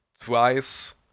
twice